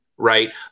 Right